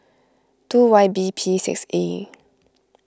two Y B P six A